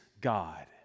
God